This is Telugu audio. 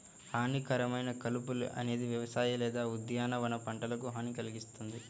హానికరమైన కలుపు అనేది వ్యవసాయ లేదా ఉద్యానవన పంటలకు హాని కల్గిస్తుంది